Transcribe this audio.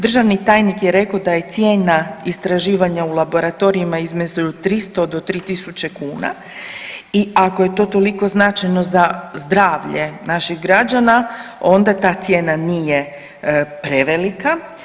Državni tajnik je rekao da je cijena istraživanja u laboratorijima između 300 do 3000 kuna i ako je to toliko značajno za zdravlje naših građana, onda ta cijena nije prevelika.